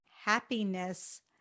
happiness